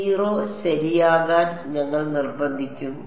0 ശരിയാകാൻ ഞങ്ങൾ നിർബന്ധിക്കും